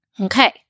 Okay